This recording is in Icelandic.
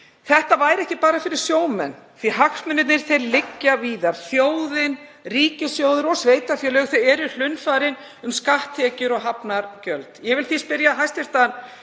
Þetta væri ekki bara fyrir sjómenn, því að hagsmunirnir liggja víðar. Þjóðin, ríkissjóður og sveitarfélög eru hlunnfarin um skatttekjur og hafnargjöld. Ég vil því spyrja hæstv.